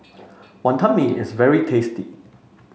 Wonton Mee is very tasty